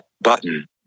button